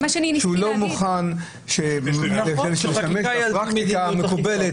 שהוא לא מוכן שנשתמש בפרקטיקה המקובלת,